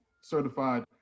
certified